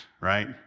right